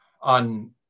on